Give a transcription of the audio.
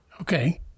Okay